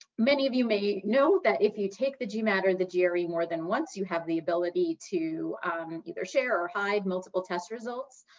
many of you may know that if you take the gmat or the gre more than once, you have the ability to either share or hide multiple test results.